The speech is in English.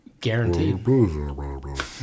guaranteed